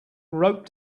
rope